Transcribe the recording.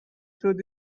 through